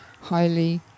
highly